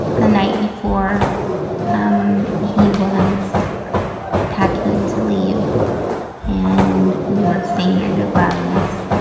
the night before um he was packing to leave and we were saying our goodbyes,